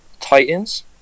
Titans